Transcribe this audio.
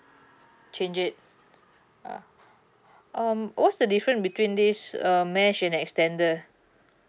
change it uh um what's the different between these um mesh and the extender